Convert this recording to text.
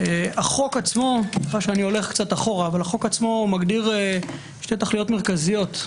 החוק עצמו מגדיר שתי תכליות מרכזיות: